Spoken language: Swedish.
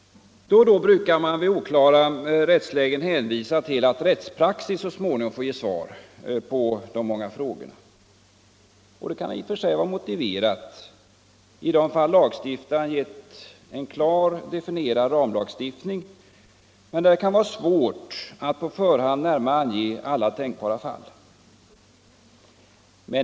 Då och då hänvisar man vid oklara rättslägen till att rättspraxis så småningom får ge svar på de många frågorna. Det kan i och för sig vara motiverat i Je fall där det föreligger en klart definierad ramlagstiftning men där det kan vara svårt för lagstiftaren att på förhand närmare ange alla tänkbara fall.